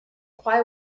why